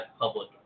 public